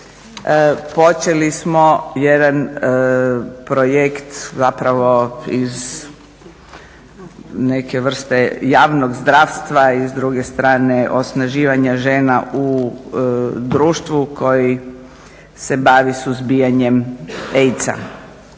Počeli smo jedan projekt iz neke vrste javnog zdravstva i s druge strane osnaživanje žena u društvu koje se bavi suzbijanjem AIDS-a